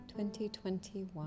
2021